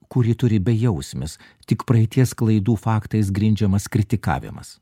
kurį turi bejausmis tik praeities klaidų faktais grindžiamas kritikavimas